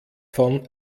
von